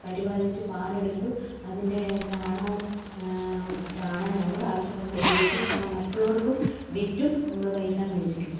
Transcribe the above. പരിപാലിച്ച് പാലെടുത്ത് അതിൻ്റെ ചാണകം ചാണകം നമ്മുടെ ആവശ്യങ്ങൾക്ക് ഉപയോഗിച്ചു ചാണകം മറ്റുള്ളവർക്കും വിറ്റും നമ്മൾ പൈസ മേടിച്ചിട്ടുണ്ട്